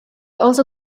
also